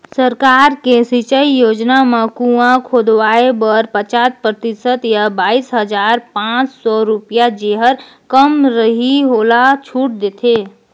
सरकार के सिंचई योजना म कुंआ खोदवाए बर पचास परतिसत य बाइस हजार पाँच सौ रुपिया जेहर कम रहि ओला छूट देथे